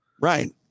Right